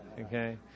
Okay